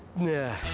yeah.